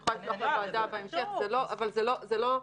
אני יכולה לשלוח לוועדה בהמשך, אבל זה לא האישיו.